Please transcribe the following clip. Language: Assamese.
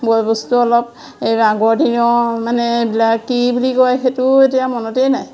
বয় বস্তু অলপ এই আগৰ দিনৰ মানে এইবিলাক কি বুলি কয় সেইটো এতিয়া মনতেই নাই